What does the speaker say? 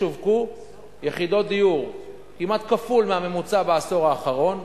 שווקו יחידות דיור כמעט כפול מהממוצע בעשור האחרון.